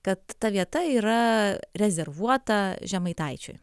kad ta vieta yra rezervuota žemaitaičiui